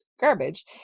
garbage